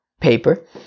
paper